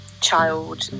child